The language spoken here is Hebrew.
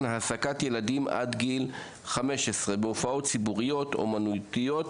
העסקת ילדים עד גיל 15 בהופעות ציבוריות אומנותיות,